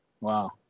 Wow